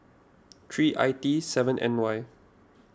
three I T seven N Y